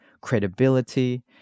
credibility